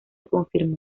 confirmó